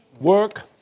work